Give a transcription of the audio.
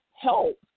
help